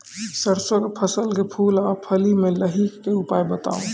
सरसों के फसल के फूल आ फली मे लाहीक के उपाय बताऊ?